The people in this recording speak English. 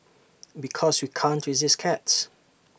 because we can't resist cats